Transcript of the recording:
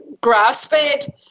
grass-fed